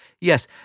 Yes